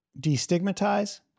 destigmatize